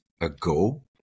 ago